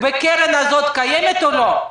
בקרן הזאת קיים או לא?